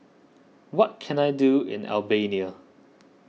what can I do in the Albania